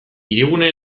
hirigune